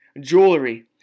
Jewelry